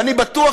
ואני בטוח,